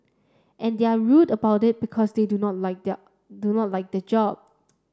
and they're rude about it because they do not like their do not like the job